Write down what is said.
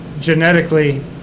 genetically